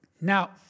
Now